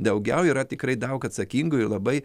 daugiau yra tikrai daug atsakingų ir labai